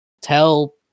tell